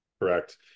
Correct